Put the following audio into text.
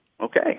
Okay